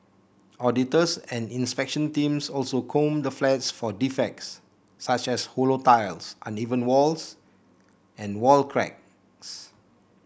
auditors and inspection teams also comb the flats for defects such as hollow tiles uneven walls and wall cracks